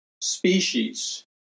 species